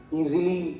easily